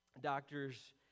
doctors